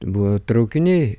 buvo traukiniai